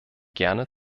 gerne